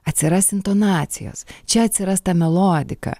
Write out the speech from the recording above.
atsiras intonacijos čia atsiras ta melodika